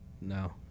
no